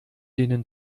denen